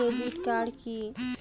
Debit card কি?